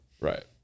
Right